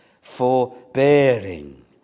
forbearing